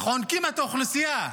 חונקים את האוכלוסייה.